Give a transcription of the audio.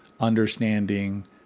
understanding